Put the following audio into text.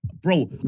Bro